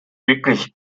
wirklich